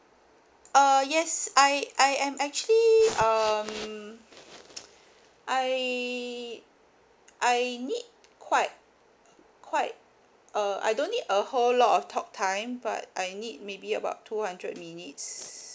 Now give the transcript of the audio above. uh yes I I am actually um I I need quite quite uh I don't need a whole lot of talk time but I need maybe about two hundred minutes